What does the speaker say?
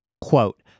Quote